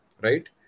Right